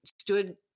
stood